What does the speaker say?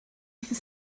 the